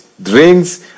drinks